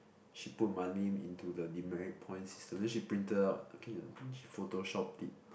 she put my name in to the demerit point system then she printed out looking at then she photoshop it